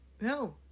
no